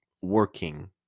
working